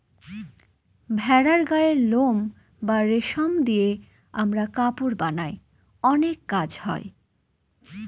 ভেড়ার গায়ের লোম বা রেশম দিয়ে আমরা কাপড় বানায় অনেক কাজ হয়